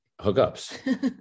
hookups